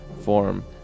form